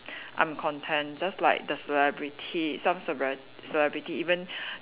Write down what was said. I'm content just like the celebrity some celeb~ celebrity even